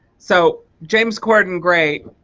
so james corden great,